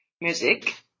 music